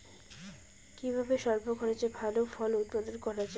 কিভাবে স্বল্প খরচে ভালো ফল উৎপাদন করা যায়?